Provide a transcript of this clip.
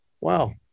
Wow